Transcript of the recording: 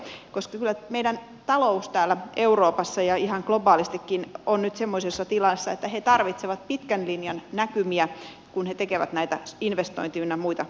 koska kyllä meidän taloutemme täällä euroopassa ja ihan globaalistikin on nyt semmoisessa tilassa että tarvitaan pitkän linjan näkymiä kun tehdään näitä investointi ynnä muita suunnitelmia